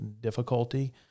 difficulty